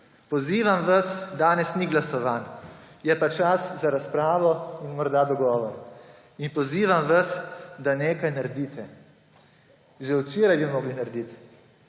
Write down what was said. Pozivam vas, danes ni glasovanj, je pa čas za razpravo in morda dogovor, pozivam vas, da nekaj naredite. Že včeraj bi morali narediti.